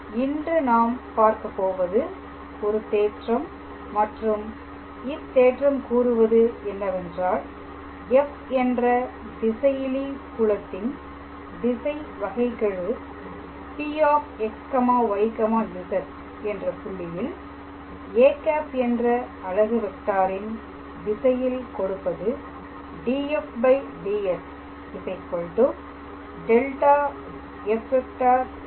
இன்று நாம் பார்க்க போவது ஒரு தேற்றம் மற்றும் இத்தேற்றம் கூறுவது என்னவென்றால் f என்ற திசையிலி புலத்தின் திசை வகைக்கெழு Pxyz என்ற புள்ளியில் â என்ற அலகு வெக்டாரின் திசையில் கொடுப்பது dfds ∇⃗⃗ fP